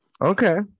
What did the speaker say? Okay